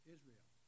Israel